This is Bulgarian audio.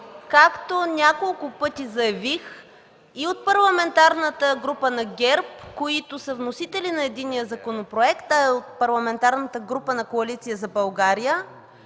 Както няколко пъти заявих – и от Парламентарната група на ГЕРБ, които са вносители на единия законопроект, а и от Парламентарната група на Коалиция за България,